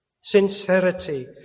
Sincerity